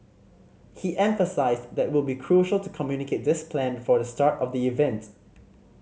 he emphasised that would be crucial to communicate this plan before the start of the event